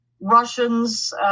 Russians